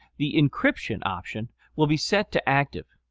the encryption option will be set to active,